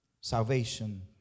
salvation